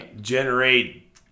Generate